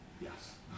Yes